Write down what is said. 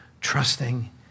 trusting